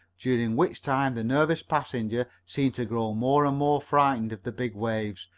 during which time the nervous passenger seemed to grow more and more frightened of the big waves,